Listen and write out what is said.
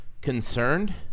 concerned